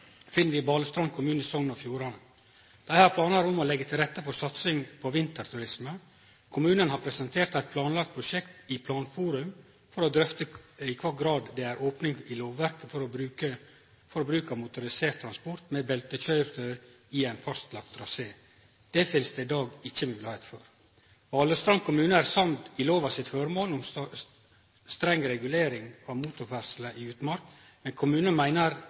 finn vi i Balestrand kommune i Sogn og Fjordane. Dei har planar om å leggje til rette for satsing på vinterturisme. Kommunen har presentert eit planlagt prosjekt i planforum for å drøfte i kva grad det er opning i lovverket for bruk av motorisert transport med beltekøyretøy i ein fastlagd trasé. Det finst det i dag ikkje moglegheit for. Balestrand kommune er samd i lova sitt føremål, streng regulering av motorferdsle i utmark, men kommunen meiner